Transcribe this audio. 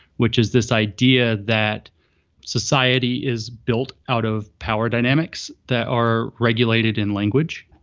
which is this idea that society is built out of power dynamics that are regulated in language.